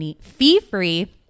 fee-free